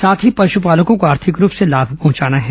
साथ ही पशपालकों को आर्थिक रूप से लाभ पहंचाना है